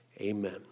amen